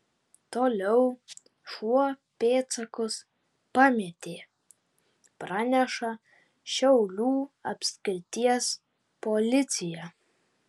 toliau šuo pėdsakus pametė praneša šiaulių apskrities policija